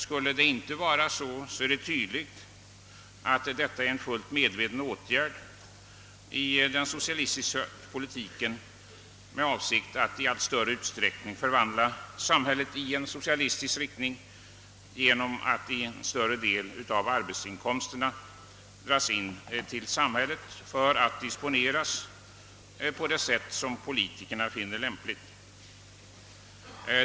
Skulle det inte vara så, är det tydligt att detta är en fullt medveten åtgärd i den socialistiska politiken med avsikt att i allt större utsträckning omvandla samhället i socialistisk riktning genom att en större del av arbetsinkomsterna dras in till samhället för att disponeras på det sätt som politikerna finner lämpligt.